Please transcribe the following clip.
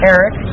Eric